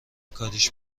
کاریش